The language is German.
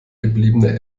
gebliebene